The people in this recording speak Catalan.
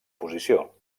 posició